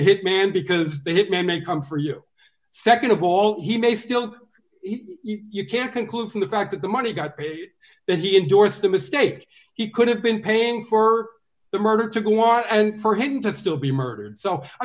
the hitman because the hitman may come for you nd of all he may still you can't conclude from the fact that the money got that he endorsed the mistake he could have been paying for the murder to go r and for him to still be murdered so i